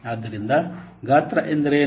ಆದ್ದರಿಂದ ಗಾತ್ರ ಎಂದರೇನು